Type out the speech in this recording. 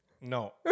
no